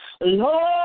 Lord